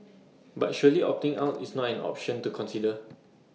but surely opting out is not an option to consider